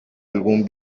algún